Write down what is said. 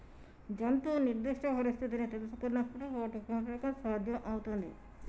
జంతువు నిర్దిష్ట పరిస్థితిని తెల్సుకునపుడే వాటి పెంపకం సాధ్యం అవుతుంది